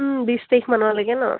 বিশ তাৰিখ মানৰ লৈকে ন